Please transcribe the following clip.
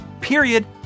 Period